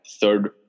Third